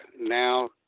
now